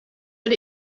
but